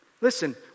Listen